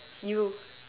you